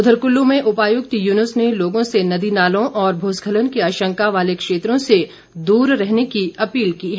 उधर कुल्लू में उपायुक्त युनुस ने लोगों से नदी नालों और भू स्खलन की आशंका वाले क्षेत्रों से दूर रहने की अपील की है